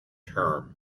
term